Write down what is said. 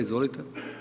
Izvolite.